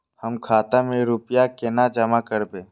हम खाता में रूपया केना जमा करबे?